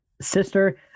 Sister